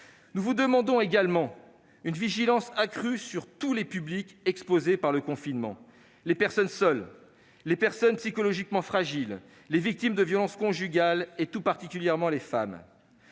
Nous vous demandons également une vigilance accrue envers tous les publics exposés par le confinement : les personnes seules, les personnes psychologiquement fragiles, les victimes de violences conjugales, tout particulièrement les femmes.